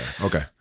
okay